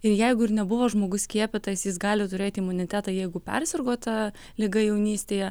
ir jeigu ir nebuvo žmogus skiepytas jis gali turėti imunitetą jeigu persirgo ta liga jaunystėje